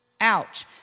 ouch